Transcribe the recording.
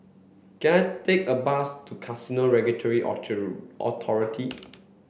can I take a bus to Casino Regulatory Authority